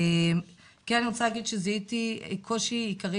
כן אני רוצה להגיד שזיהיתי קושי עיקרי